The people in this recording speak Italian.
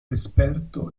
esperto